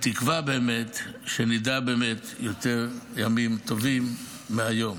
בתקווה שנדע באמת ימים יותר טובים מהיום.